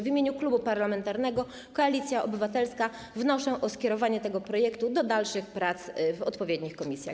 W imieniu Klubu Parlamentarnego Koalicja Obywatelska wnoszę o skierowanie tego projektu do dalszych prac w odpowiednich komisjach.